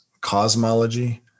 cosmology